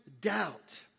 doubt